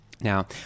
Now